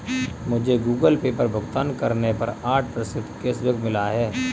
मुझे Google Pay भुगतान करने पर आठ प्रतिशत कैशबैक मिला है